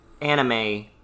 anime